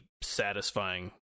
satisfying